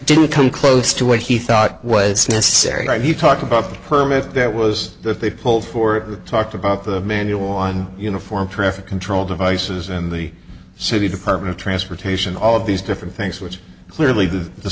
didn't come close to what he thought was necessary he talked about the permit that was that they pulled for talked about the manual on uniform traffic control devices and the city department of transportation all of these different things which clearly the